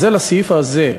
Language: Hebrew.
אז זה לסעיף זה.